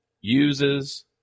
uses